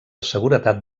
seguretat